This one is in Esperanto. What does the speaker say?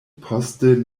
poste